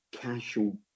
casual